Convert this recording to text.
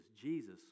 Jesus